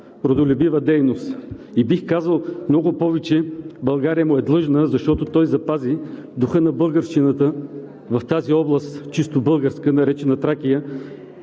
родолюбива дейност. И бих казал много повече България му е длъжна, защото той запази духа на българщината в тази чисто българска област, наречена Тракия,